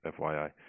FYI